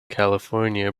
california